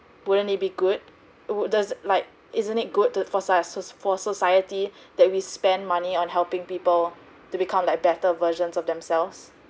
wouldn't it be good what does like isn't it good to for for society that we spend money on helping people to become like better versions of themselves